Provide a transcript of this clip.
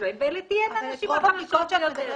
שלהן ואלה תהיינה הנשים החלשות ביותר.